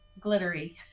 glittery